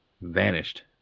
Vanished